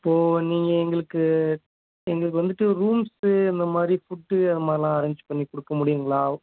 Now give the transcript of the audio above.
இப்போது நீங்கள் எங்களுக்கு எங்களுக்கு வந்துட்டு ரூம்ஸு அந்த மாதிரி ஃபுட்டு அது மாதிரிலாம் அரேஞ்ச் பண்ணிக் கொடுக்க முடியுங்களா